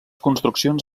construccions